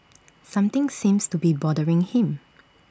something seems to be bothering him